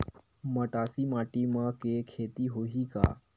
मटासी माटी म के खेती होही का?